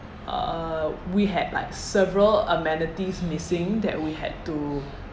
uh we had like several amenities missing that we had to